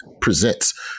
presents